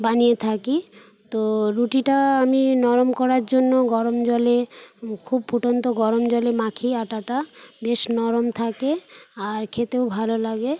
বানিয়ে থাকি তো রুটিটা আমি নরম করার জন্য গরম জলে খুব ফুটন্ত গরম জলে মাখি আটাটা বেশ নরম থাকে আর খেতেও ভালো লাগে